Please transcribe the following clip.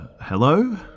Hello